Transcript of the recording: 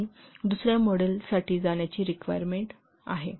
तर दुसर्या मॉडेलसाठी जाण्याची रिक्वायरमेंट आहे